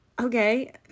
okay